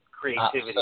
creativity